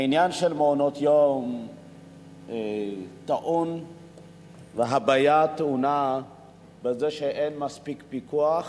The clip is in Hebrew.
העניין של מעונות יום טעון והבעיה טמונה בזה שאין מספיק פיקוח